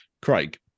Craig